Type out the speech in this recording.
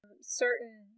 certain